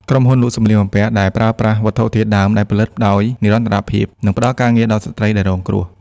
ក្រុមហ៊ុនលក់សម្លៀកបំពាក់ដែលប្រើប្រាស់វត្ថុធាតុដើមដែលផលិតដោយនិរន្តរភាព និងផ្តល់ការងារដល់ស្ត្រីដែលរងគ្រោះ។